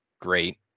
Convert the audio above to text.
great